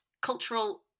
cultural